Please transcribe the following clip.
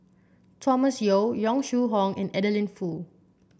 Thomas Yeo Yong Shu Hoong and Adeline Foo